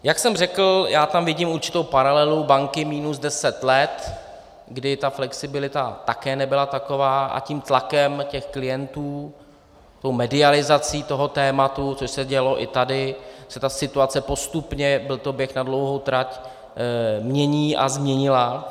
Jak jsem řekl, já tam vidím určitou paralelu banky minus deset let, kdy ta flexibilita také nebyla taková a tím tlakem klientů, tou medializací tématu, což se dělo i tady, se ta situace postupně, byl to běh na dlouhou trať, mění a změnila.